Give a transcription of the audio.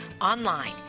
online